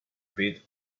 bit